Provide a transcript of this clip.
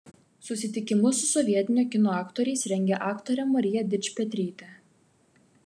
susitikimus su sovietinio kino aktoriais rengė aktorė marija dičpetrytė